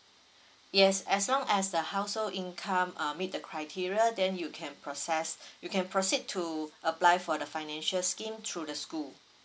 yes as long as the household income um meet the criteria then you can process you can proceed to apply for the financial scheme through the school